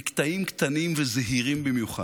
במקטעים קטנים וזהירים במיוחד.